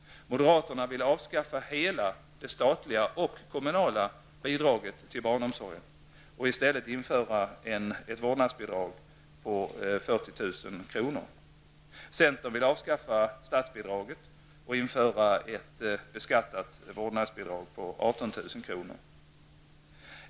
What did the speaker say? Moderaterna vill avskaffa hela det statliga och kommunala bidraget till barnomsorgen och i stället införa ett vårdnadsbidrag på 40 000 kr. Centern vill avskaffa statsbidraget och införa ett beskattat vårdnadsbidrag på 18 000 kr.